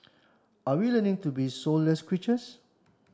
are we learning to be soulless creatures